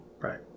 Right